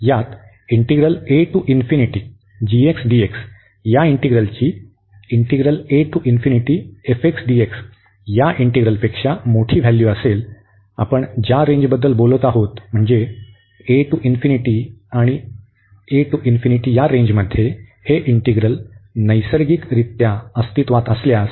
यात या इंटीग्रलची या इंटीग्रलपेक्षा मोठी व्हॅल्यू असेल आपण ज्या रेंजबद्दल बोलत आहोत म्हणजे a to and a to या रेंजमध्ये हे इंटीग्रल नैसर्गिकरित्या अस्तित्वात असल्यास